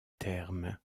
thermes